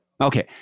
Okay